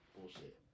Bullshit